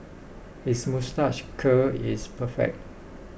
his moustache curl is perfect